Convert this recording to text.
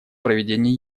проведение